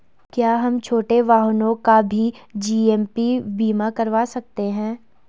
क्या हम छोटे वाहनों का भी जी.ए.पी बीमा करवा सकते हैं?